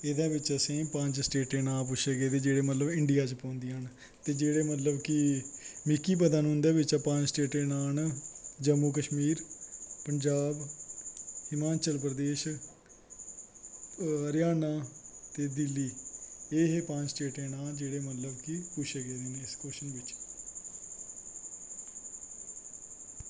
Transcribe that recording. एह्दे बिच्च असें पंज स्टेटें दे नां पुच्छे गेदे जेह्ड़े मतलव इंडिया च पौंदियां न ते जेह्ड़े मतलव कि मिगी पता उंदै बिच्चा पंज स्टेटें दे नांऽ न जम्मू कश्मीर पंजाब हिमाचल प्रदेस हरियाना ते दिल्ली एह् हे पंज स्टेटें दे नांऽ जेह्ड़े मतलव कि पुच्छे गेदे न इक कव्शन बिच्च